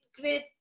great